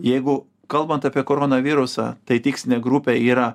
jeigu kalbant apie koronavirusą tai tikslinė grupė yra